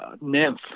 nymph